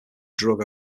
drug